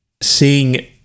seeing